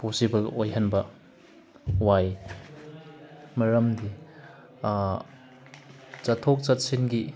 possible ꯑꯣꯏꯍꯟꯕ ꯋꯥꯏ ꯃꯔꯝꯗꯤ ꯆꯠꯊꯣꯛ ꯆꯠꯁꯤꯟꯒꯤ